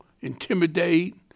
intimidate